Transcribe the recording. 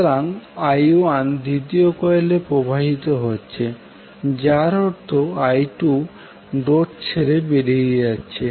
সুতরাং i2 দ্বিতীয় কয়েলে প্রবাহিত হচ্ছে যার অর্থ i2 ডট ছেড়ে বেরিয়ে যাচ্ছে